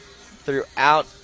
throughout